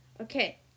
Okay